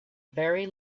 very